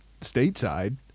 stateside